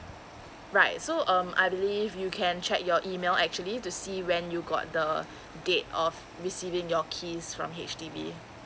right so um I believe you can check your email actually to see when you got the date of receiving your keys from H_D_B